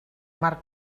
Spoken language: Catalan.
marc